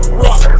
rock